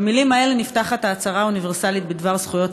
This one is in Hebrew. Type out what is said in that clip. במילים האלה נפתחת ההצהרה האוניברסלית בדבר זכויות